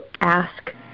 ask